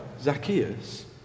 Zacchaeus